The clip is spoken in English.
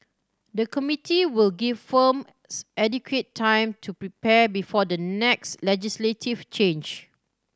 the committee will give firms adequate time to prepare before the next legislative change